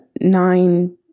nine